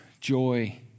joy